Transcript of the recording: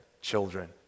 children